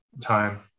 time